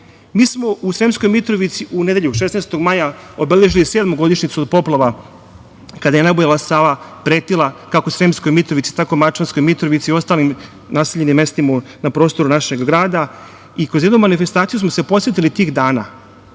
smo u Sremskoj Mitrovici, u nedelju 16. maja, obeležili sedmu godinu od poplava, kada je nabujala Sava pretila kako Sremskoj Mitrovici, tako i Mačvanskoj Mitrovici i ostalim naseljenim mestima na prostoru našeg grada, i kroz jednu manifestaciju smo se podsetili tih dana,